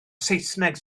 saesneg